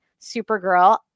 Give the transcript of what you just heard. Supergirl